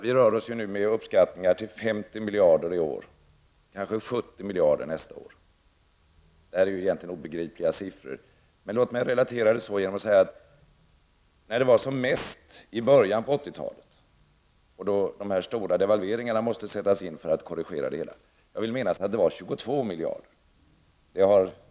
Vi rör oss nu med uppskattningar på 50 miljarder i år, kanske 70 miljarder nästa år. Det är egentligen obegripliga siffror. Låt mig relatera det till hur stort underskottet var när det var som störst i början av 1980 talet, då de stora devalveringarna måste sättas in för att korrigera det hela. Jag vill minnas att underskottet då var 22 miljarder.